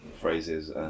phrases